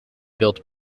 build